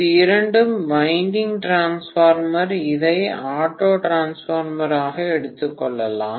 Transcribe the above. இது இரண்டு winding transformer இதை ஆட்டோ டிரான்ஸ்பார்மர் ஆக எடுத்துக்கொள்ளவும்